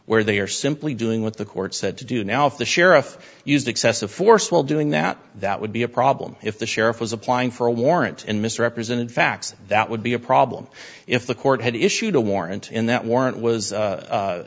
where they are simply doing what the courts said to do now if the sheriff used excessive force while doing that that would be a problem if the sheriff was applying for a warrant and misrepresented facts that would be a problem if the court had issued a warrant in that warrant was